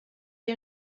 est